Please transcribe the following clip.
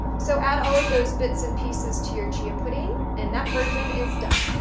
so, add all of those bits and pieces to your chia pudding and that version is done.